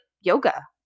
yoga